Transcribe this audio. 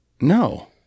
no